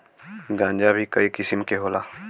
गांजा भीं कई किसिम के होला